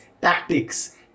tactics